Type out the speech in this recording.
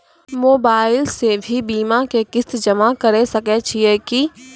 Mobile से भी बीमा के किस्त जमा करै सकैय छियै कि?